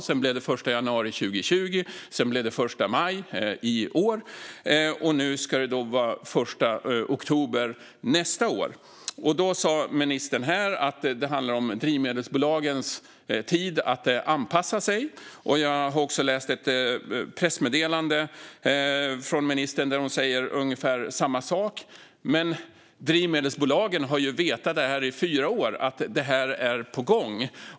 Sedan sköts det upp till den 1 januari 2020 och därefter till den 1 maj i år, och nu säger ni att märkningen ska införas den 1 oktober nästa år. Ministern säger att det handlar om drivmedelsbolagens tid att anpassa sig, och jag har också läst ett pressmeddelande från ministern där hon säger ungefär samma sak. Men drivmedelsbolagen har ju i fyra år vetat att det här är på gång.